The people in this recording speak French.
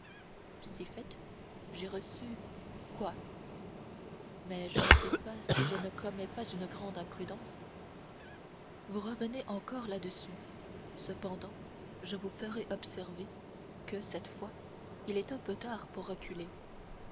si fait j'ai reçu quoi mais je ne sais pas si je ne commets pas une grande imprudence vous revenez encore là-dessus cependant je vous ferai observer que cette fois il est un peu tard pour reculer